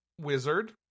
wizard